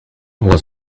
was